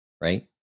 Right